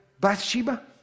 Bathsheba